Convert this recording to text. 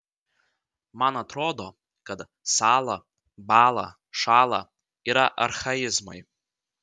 man atrodo kad sąla bąla šąla yra archaizmai